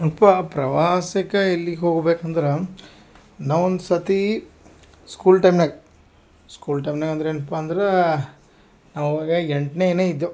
ಒಪ್ಪ ಪ್ರವಾಸಕ್ಕ ಎಲ್ಲಿಗೆ ಹೋಗ್ಬೇಕು ಅಂದ್ರೆ ನಾ ಒಂದು ಸತಿ ಸ್ಕೂಲ್ ಟೈಮ್ನಾಗೆ ಸ್ಕೂಲ್ ಟೈಮ್ನಾಗೆ ಅಂದ್ರೆ ಏನಪ್ಪ ಅಂದ್ರೆ ನಾ ಆವಾಗ ಎಂಟನೇ ಇದ್ದೇವು